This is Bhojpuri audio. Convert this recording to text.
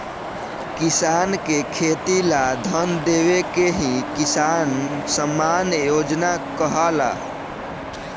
किसान के खेती ला धन देवे के ही किसान सम्मान योजना कहाला